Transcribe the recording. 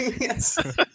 Yes